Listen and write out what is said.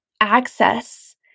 access